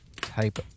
type